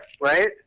right